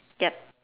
yup